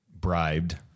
bribed